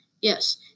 Yes